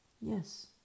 Yes